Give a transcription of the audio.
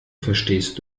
verstehst